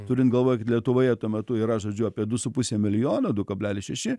turint galvoj kad lietuvoje tuo metu yra žodžiu apie du su puse milijono du kablelis šeši